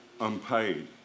unpaid